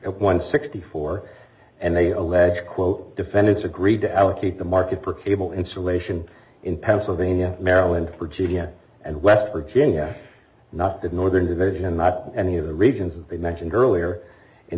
appendix one sixty four and they allege quote defendants agreed to allocate the market for cable installation in pennsylvania maryland virginia and west virginia not the northern division not any of the reasons that they mentioned earlier